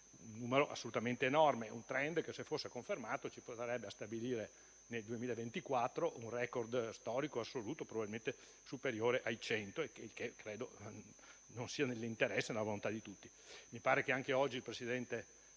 un numero assolutamente enorme, un *trend* che se fosse confermato, ci porterebbe a stabilire nel 2024 un *record* storico assoluto, probabilmente superiore ai 100. Credo che questo non sia nell'interesse e nella volontà di nessuno. Mi pare che anche oggi il presidente